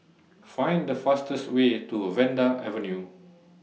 Find The fastest Way to Vanda Avenue